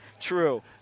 True